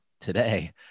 today